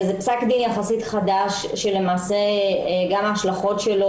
זה פסק דין יחסית חדש שלמעשה גם ההשלכות שלו